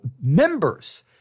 members